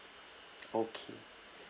okay